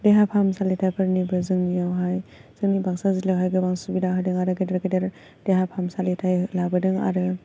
देहा फाहामसालिथाइफोरनिबो जोंनियावहाय जोंनि बाक्सा जिल्लायावहाय गोबां सुबिदा होदों आरो गेदेर गेदेर देहा फाहामसालिथाइ लाबोदों आरो